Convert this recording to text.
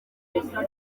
yafata